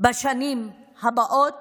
בשנים הבאות